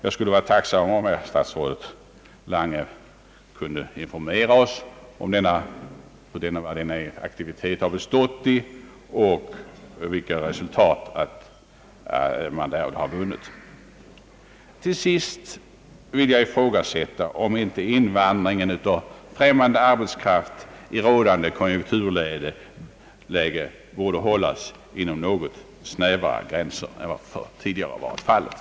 Jag skulle vara tacksam om statsrådet informerade oss om vari denna aktivitet bestått och vilka resultat man därvid har vunnit. Till sist vill jag ifrågasätta om inte invandringen till Sverige av främmande arbetskraft i rådande konjunkturläge borde hållas inom något snävare gränser än som tidigare varit fallet.